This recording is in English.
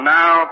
Now